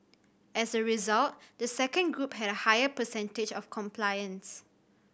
as a result the second group had a higher percentage of compliance